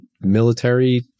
military